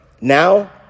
now